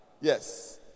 Yes